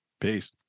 peace